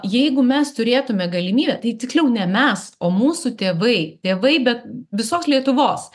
jeigu mes turėtume galimybę tai tiksliau ne mes o mūsų tėvai tėvai bet visos lietuvos